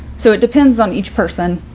so it depends on each person.